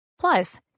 Plus